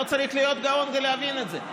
לא צריך להיות גאון כדי להבין את זה.